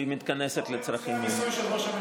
והיא מתכנסת לצרכים האלה.